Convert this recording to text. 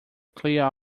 clear